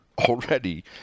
already